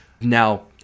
now